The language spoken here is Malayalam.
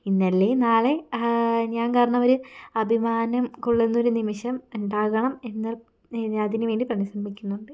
ഇന്നല്ലെങ്കിൽ നാളെ ഞാൻ കാരണം അവർ അഭിമാനം കൊള്ളുന്ന ഒരു നിമിഷം ഉണ്ടാകണം എന്ന് അതിനു വേണ്ടി പരിശ്രമിക്കുന്നുണ്ട്